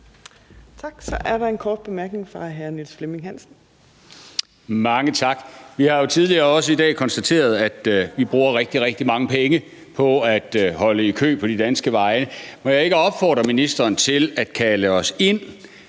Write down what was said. Mange tak. Vi har jo også tidligere i dag konstateret, at vi bruger rigtig, rigtig mange penge på at holde i kø på de danske veje. Må jeg ikke opfordre ministeren til at kalde os ind,